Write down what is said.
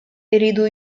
iridu